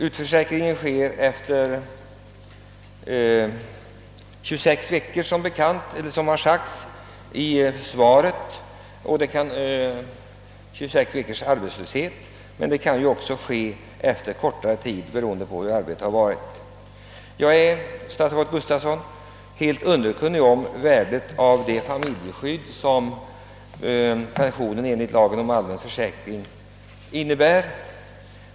Utförsäkringen sker efter 26 veckors arbetslöshet, som här sagts i svaret. Den kan också i vissa fall ske efter kortare tid. Jag är, herr statsråd, helt underkunnig om det familjeskydd som pensionen enligt lagen om allmän försäkring innebär.